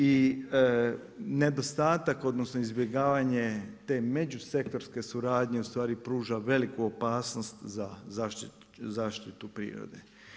I nedostatak odnosno izbjegavanje te međusektorske suradnje ustvari pruža veliku opasnost za zaštitu prirode.